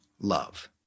love